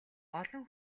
олон